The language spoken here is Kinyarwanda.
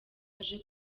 aje